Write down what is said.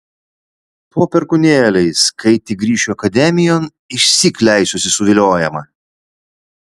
po perkūnėliais kai tik grįšiu akademijon išsyk leisiuosi suviliojama